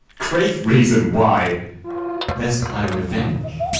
great reason why lest i revenge.